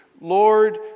Lord